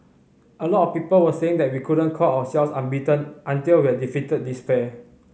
a lot of people were saying that we couldn't call ourselves unbeaten until we had defeated this pair